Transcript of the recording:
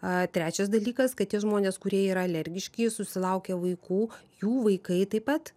a trečias dalykas kad tie žmonės kurie yra alergiški susilaukia vaikų jų vaikai taip pat